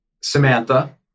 Samantha